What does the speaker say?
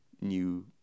new